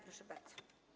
Proszę bardzo.